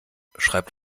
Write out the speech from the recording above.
schreibt